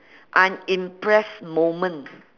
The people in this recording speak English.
I'm impressed moment